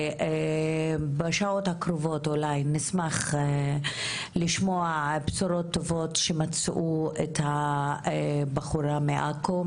שבשעות הקרובות אולי נשמח לשמוע על בשורות טובות שמצאו את הבחורה מעכו,